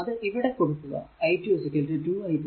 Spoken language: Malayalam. അത് ഇവിടെ കൊടുക്കുക i2 2 i 3